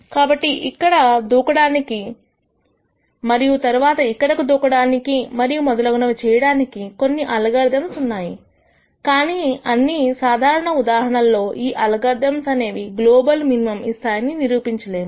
కాబట్టి ఇక్కడకు దూకడానికి మరియు తరువాత ఇక్కడకు దూకడానికి మరియు మొదలగునవి చేయడానికి కొన్ని అల్గోరిథమ్స్ ఉన్నాయి కానీ అన్ని సాధారణ ఉదాహరణల లో ఈ అల్గోరిథమ్స్ అనేవి గ్లోబల్ మినిమం ఇస్తాయని నిరూపించ లేము